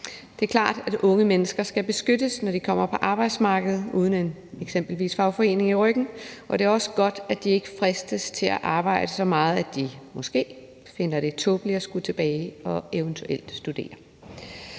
Det er klart, at unge mennesker skal beskyttes, når de kommer på arbejdsmarkedet uden eksempelvis en fagforening i ryggen, og det er også godt, at de ikke fristes til at arbejde så meget, at de måske finder det tåbeligt at skulle tilbage og eventuelt studere.